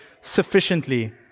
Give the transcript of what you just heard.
sufficiently